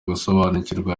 gusobanukirwa